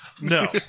No